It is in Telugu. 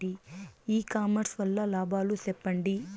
ఇ కామర్స్ వల్ల లాభాలు సెప్పండి?